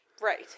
Right